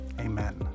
Amen